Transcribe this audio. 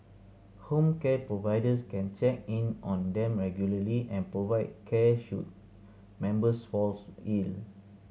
home care providers can check in on them regularly and provide care should members falls ill